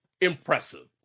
impressive